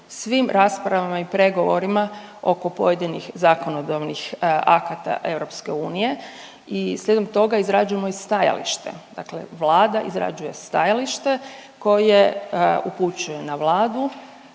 svim raspravama i pregovorima oko pojedinih zakonodavnih akata EU i slijedom toga izrađujemo i stajalište, dakle Vlada izrađuje stajalište koje upućuje na Vladu,